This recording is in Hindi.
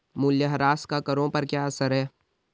मूल्यह्रास का करों पर क्या असर है?